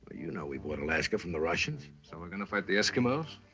you know we bought alaska from the russians. so we're going to fight the eskimos?